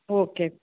okay